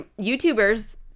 YouTubers